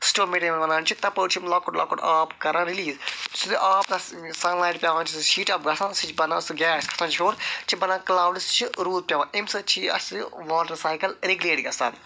سٹومٮ۪ٹ یِمن ونان چھِ تَپٲرۍ چھِ یِم لۄکُٹ لۄکُٹ آب کَران رِلیٖز سُہ تَتھ سہٕ سَن لایٹ پٮ۪وان چھِ سُہ چھُ ہیٖٹ اَپ گَژھان چھُ سُہ چھُ بَنان سُہ گیس کھَسان چھُ ہیوٚر چھِ بنان کٕلاوڈٕس چھِ روٗد پٮ۪وان اَمہِ سۭتۍ چھِ یہِ اَسہِ واٹر سایکل ریٚگِلیٹ گَژھان